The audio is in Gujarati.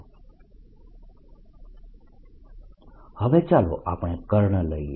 B0I4πdl×r rr r304πJrr rr r3dV હવે ચાલો આપણે કર્લ લઈએ